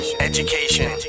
education